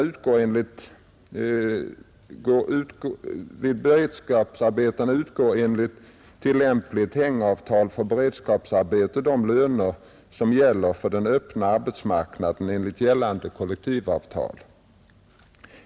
Vid beredskapsarbeten utgår enligt tillämpligt ”hängavtal” för beredskapsarbete de löner som gäller för den öppna arbetsmarknaden enligt gällande kollektivavtal.